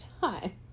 time